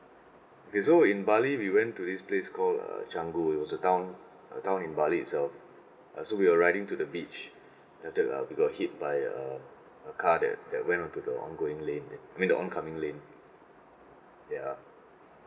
okay so in bali we went to this place call uh canggu it was a town uh town in bali itself uh so we were riding to the beach at there we got hit by a a car that that went onto the ongoing lane I mean the oncoming lane ya